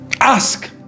Ask